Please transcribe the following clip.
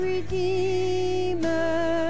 Redeemer